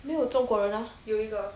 没有中国人 ah